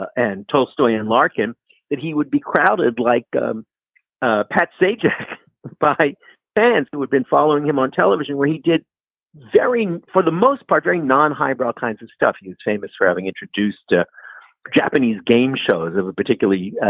and tolstoy and larkin that he would be crowded like ah a patsy just by fans but who had been following him on television, where he did very, for the most part, very non-hybrid kinds of stuff. he was famous for having introduced the japanese game shows of a particularly